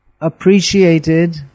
appreciated